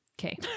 Okay